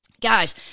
Guys